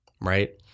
right